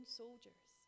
soldiers